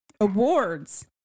awards